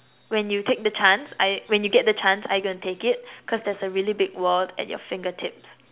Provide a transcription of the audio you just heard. when you take the chance are you when you get the chance are you gonna take it cause there's a really big world at your fingertips